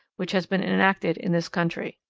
which has been enacted in this country.